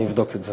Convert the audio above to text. אני אבדוק את זה.